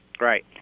right